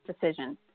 decision